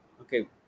Okay